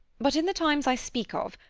but in the times i speak of,